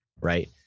right